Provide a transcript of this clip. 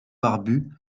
barbu